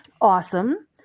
Awesome